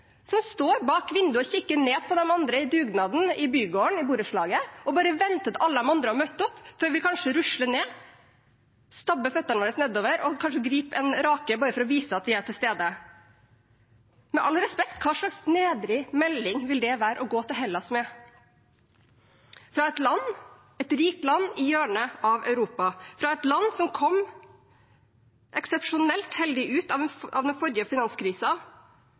som står bak vinduet, kikker ned på de andre i dugnaden i bygården i borettslaget og bare venter til alle de andre har møtt opp, før vi kanskje rusler ned, stabber føttene våre nedover og kanskje griper en rake bare for å vise at vi er til stede. Med all respekt: Hva slags nedrig melding vil det være å gå til Hellas med fra et rikt land i hjørnet av Europa, et land som kom eksepsjonelt heldig ut av